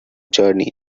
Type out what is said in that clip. journey